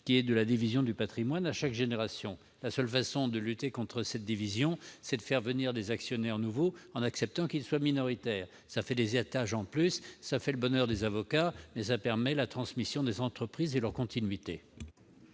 celle de la division du patrimoine à chaque génération. La seule façon de lutter contre cette division est de faire venir des actionnaires nouveaux en acceptant qu'ils soient minoritaires. Cela fait des étages en plus, et le bonheur des avocats ; mais il y va de la transmission des entreprises et de leur continuité.